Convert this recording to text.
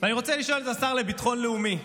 אני רוצה לשאול את השר לביטחון לאומי: